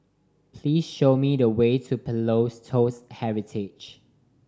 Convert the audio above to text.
please show me the way to Pillows Toast Heritage